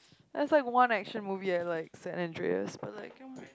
it's like one action movie I like St-Andreas